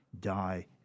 die